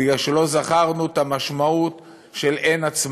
בגלל שלא זכרנו את המשמעות של אין-עצמאות.